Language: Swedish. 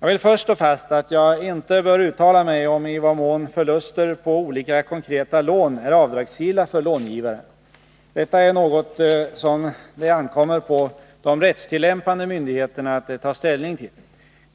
Jag vill först slå fast att jag inte bör uttala mig om i vad mån förluster på olika konkreta lån är avdragsgilla för långivaren. Detta är något som det ankommer på de rättstillämpande myndigheterna att ta ställning till.